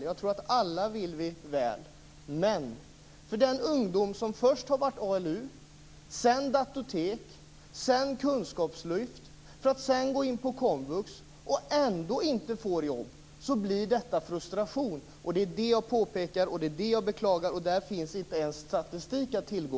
Jag tror att vi alla vill väl. Men för den ungdom som först har upplevt ALU, sedan datortek och kunskapslyft för att sedan gå in på komvux och ändå inte får jobb leder detta till frustration. Och det är det jag påpekar och det är det jag beklagar. Där finns inte ens statistik att tillgå.